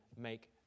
make